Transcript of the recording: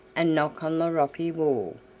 and knock on the rocky wall,